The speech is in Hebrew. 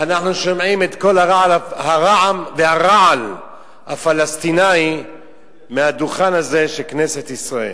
אנחנו שומעים את קול הרעם והרעל הפלסטיני מהדוכן הזה של כנסת ישראל.